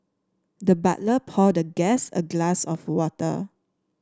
the butler poured the guest a glass of water